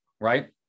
right